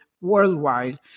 worldwide